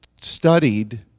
studied